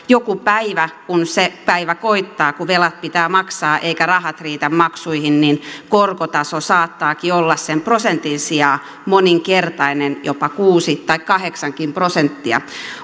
joku päivä kun se päivä koittaa että velat pitää maksaa eivätkä rahat riitä maksuihin korkotaso saattaakin olla sen prosentin sijaan moninkertainen jopa kuusi tai kahdeksan prosenttiakin